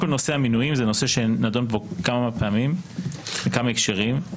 קודם כל נושא המינויים זה נושא שנדון פה כמה פעמים בכמה הקשרים.